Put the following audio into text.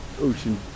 ocean